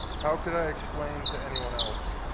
how could i explain to anyone else?